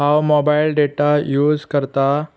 हांव mobile data use करतां